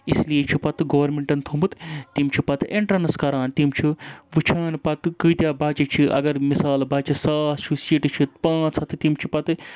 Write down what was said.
اِسلیے چھُ پَتہٕ گورمنٹَن تھوٚمُت تِم چھِ پَتہٕ اینٹرَنس کَران تِم چھِ وٕچھان پَتہٕ کۭتیاہ بَچہِ چھِ اگر مِثال بَچہِ ساس چھُ سیٖٹہٕ چھِ پانٛژھ ہَتھ تہٕ تِم چھِ پَتہٕ